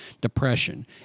depression